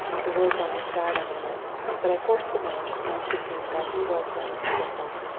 the words almost died on my lips but i forced them out, and answered him that he was right so far.